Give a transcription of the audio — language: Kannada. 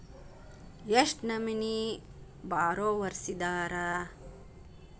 ಎಷ್ಟ್ ನಮನಿ ಬಾರೊವರ್ಸಿದಾರ?